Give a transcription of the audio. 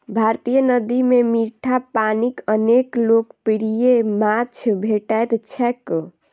भारतीय नदी मे मीठा पानिक अनेक लोकप्रिय माछ भेटैत छैक